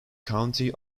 county